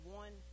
one